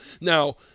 Now